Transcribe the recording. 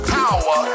power